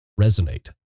resonate